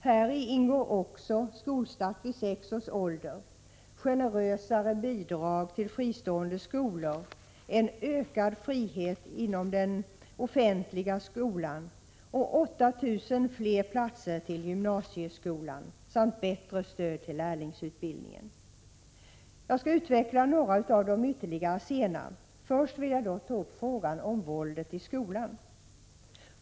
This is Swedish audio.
Här ingår också skolstart vid sex års ålder, generösare statsbidrag till fristående skolor, ökad frihet inom den offentliga skolan och 8 000 fler platser i gymnasieskolan samt bättre stöd till lärlingsutbildningen. Jag skall utveckla några av dem ytterligare senare. Först vill jag dock ta upp frågan om våldet i skolan.